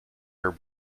her